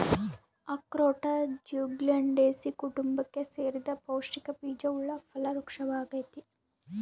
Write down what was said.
ಅಖ್ರೋಟ ಜ್ಯುಗ್ಲಂಡೇಸೀ ಕುಟುಂಬಕ್ಕೆ ಸೇರಿದ ಪೌಷ್ಟಿಕ ಬೀಜವುಳ್ಳ ಫಲ ವೃಕ್ಪವಾಗೈತಿ